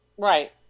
Right